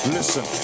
Listen